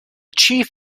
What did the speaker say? chief